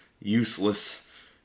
useless